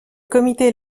comité